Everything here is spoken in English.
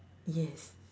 yes